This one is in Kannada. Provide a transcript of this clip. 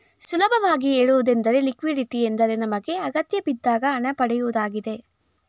ಸುಲಭವಾಗಿ ಹೇಳುವುದೆಂದರೆ ಲಿಕ್ವಿಡಿಟಿ ಎಂದರೆ ನಮಗೆ ಅಗತ್ಯಬಿದ್ದಾಗ ಹಣ ಪಡೆಯುವುದಾಗಿದೆ